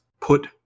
put